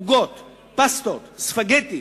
עוגות, פסטות, ספגטי.